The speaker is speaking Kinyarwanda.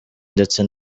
ndetse